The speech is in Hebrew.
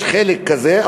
יש חלק כזה,